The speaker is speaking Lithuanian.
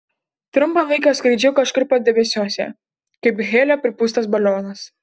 trumpą laiką skraidžiau kažkur padebesiuose kaip helio pripūstas balionas